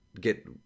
get